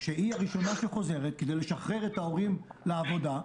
שהיא הראשונה שחוזרת כדי לשחרר את ההורים לעבודה,